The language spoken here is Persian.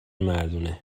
مردونه